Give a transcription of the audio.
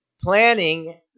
planning